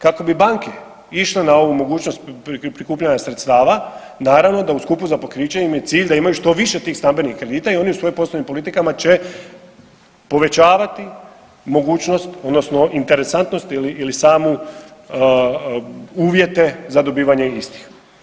Kako bi banke išle na ovu mogućnost prikupljanja sredstava naravno da u skupu za pokriće im je cilj da imaju što više tih stambenih kredita i oni u svojim poslovnim politikama će povećavati mogućnost odnosno interesantnost ili same uvjete za dobivanje istih.